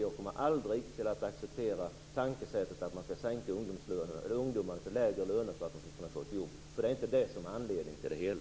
Jag kommer aldrig att acceptera tankesättet att man skall ge ungdomarna lägre löner för att de skall kunna få ett jobb. Det är inte detta som är anledningen till det hela.